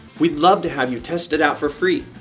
we'd love to have you test it out for free!